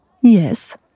Yes